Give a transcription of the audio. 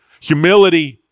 humility